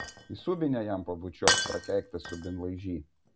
į subinę jam pabučiuok prakeiktas subinlaižy